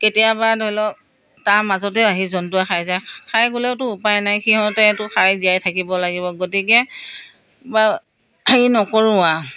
কেতিয়াবা ধৰি লওক তাৰ মাজতে আহি জন্তুৱে খাই যায় খাই গ'লেওতো উপায় নাই সিহঁতেতো খাই জীয়াই থাকিব লাগিব গতিকে বা হেৰি নকৰোঁ আৰু